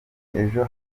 ejo